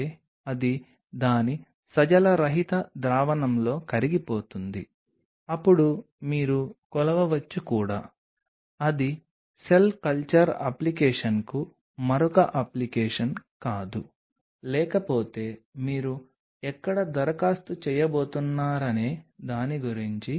నేను ఈ అంశాన్ని ఈ విధంగా కవర్ చేయడానికి కారణం ప్రస్తుతం ప్రపంచవ్యాప్తంగా కొన్ని ల్యాబ్లను పక్కనపెట్టి చాలా సెల్ కల్చర్ చేయడం వల్ల మీరు వాటిని చాలా వరకు వేళ్లలో లెక్కించవచ్చు